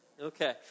Okay